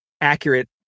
accurate